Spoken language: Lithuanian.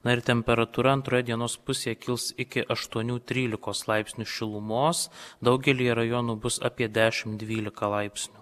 na ir temperatūra antroje dienos pusėje kils iki aštuonių trylikos laipsnių šilumos daugelyje rajonų bus apie dešim dvylika laipsnių